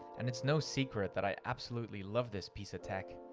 and it's no secret that i absolutely love this piece of tech.